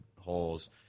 holes